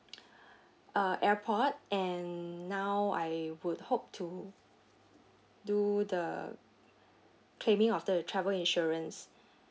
uh airport and now I would hope to do the claiming of the travel insurance